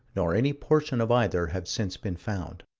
nor any portion of either have since been found.